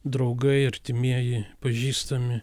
draugai artimieji pažįstami